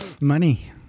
Money